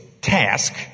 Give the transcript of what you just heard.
task